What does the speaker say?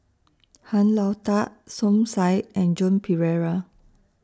Han Lao DA Som Said and Joan Pereira